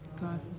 God